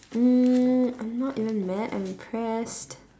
um I'm not even mad I'm impressed